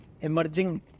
Emerging